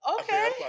Okay